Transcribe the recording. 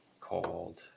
called